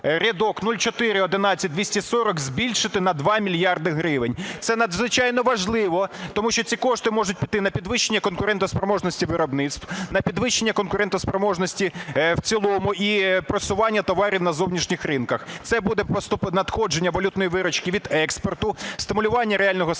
рядок 0411240 збільшити на 2 мільярди гривень. Це надзвичайно важливо. Тому що ці кошти можуть піти на підвищення конкурентоспроможності виробництв, на підвищення конкурентоспроможності в цілому і просування товарів на зовнішніх ринках. Це буде надходження валютної виручки від експорту, стимулювання реального сектору